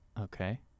Okay